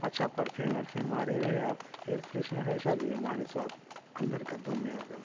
اچھا پرفیوم ورفیوم مارے ہوئے ہے آپ ایئر فریشنر ہے شاید یہ مارے سو آپ اندر گدوں میں ایک دم